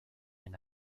une